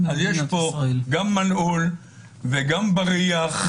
אז יש פה גם מנעול וגם בריח.